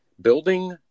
building